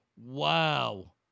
Wow